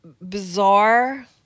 bizarre